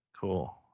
Cool